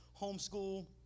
homeschool